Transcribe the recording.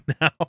now